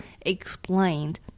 explained